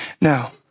Now